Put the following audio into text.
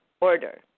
order